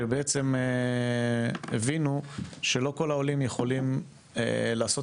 שבעצם הבינו שלא כל העולים יכולים לעשות